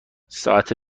ساعت